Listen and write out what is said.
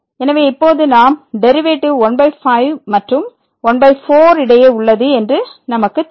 எனவே இப்போது நாம் டெரிவேட்டிவ் 15 மற்றும் 14 இடையே உள்ளது என்று நமக்கு தெரியும்